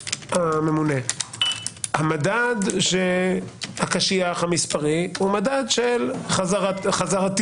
הממונה, המדד הקשיח המספרי הוא של חזרתיות,